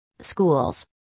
Schools